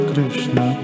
Krishna